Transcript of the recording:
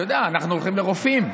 אנחנו הולכים לרופאים,